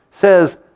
says